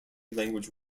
language